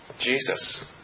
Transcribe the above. Jesus